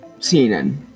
CNN